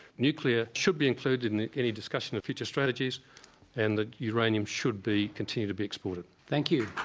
nuclear should be included in any discussion of future strategies and that uranium should be continued to be exported thank you.